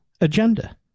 agenda